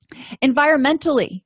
Environmentally